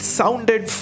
sounded